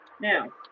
Now